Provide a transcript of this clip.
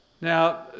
Now